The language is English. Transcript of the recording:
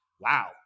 Wow